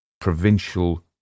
provincial